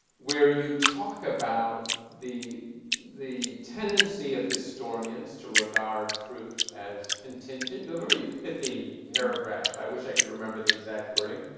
where you talk about the the tendency of historians to regard truth as contingent through a very pithy paragraph, i wish i could remember the exact wording.